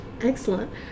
Excellent